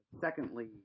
Secondly